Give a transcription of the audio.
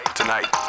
tonight